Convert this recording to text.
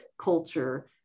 culture